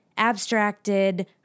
abstracted